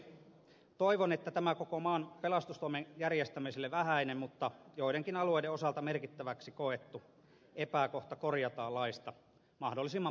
toivon että tämä koko maan pelastustoimen järjestämisen kannalta vähäinen mutta joidenkin alueiden osalta merkittäväksi koettu epäkohta laissa korjataan mahdollisimman pikaisesti